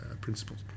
principles